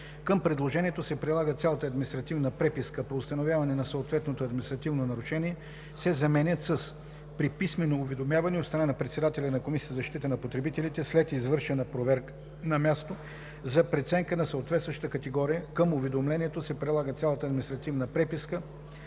към предложението се прилага цялата административна преписка по установяване на съответното административно нарушение“ се заменят с „при писмено уведомяване от страна на председателя на Комисията за защита на потребителите след извършена проверка на място за преценка на съответстващата категория; към уведомлението се прилага цялата административна преписка